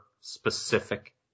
specific